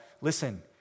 listen